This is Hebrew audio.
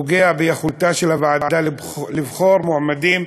פוגע ביכולתה של הוועדה לבחור מועמדים